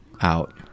out